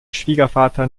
schwiegervater